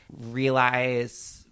realize